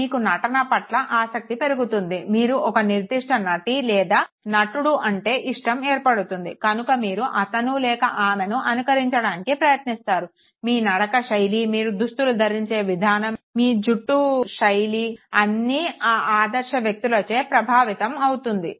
మీకు నటన పట్ల ఆసక్తి పెరుగుతుంది మీరు ఒక నిర్దిష్ట నటి లేదా నటుడు అంటే ఇష్టం ఏర్పడుతుంది కనుక మీరు అతను లేక ఆమెను అనుకరించడానికి ప్రయత్నిస్తారు మీ నడక శైలి మీరు దుస్తులు దరించే విధానం మీరు జుట్టు శైలి అన్నీ ఆ ఆదర్శ వ్యక్తులచే ప్రాభావితం అవుతుంది